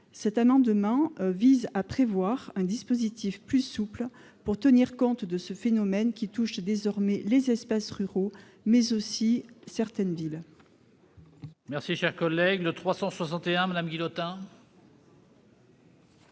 Cet amendement vise à instaurer un dispositif plus souple pour tenir compte de ce phénomène qui touche désormais les espaces ruraux, mais aussi certaines villes.